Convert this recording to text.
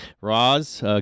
Roz